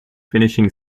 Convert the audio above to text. finishing